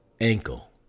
ankle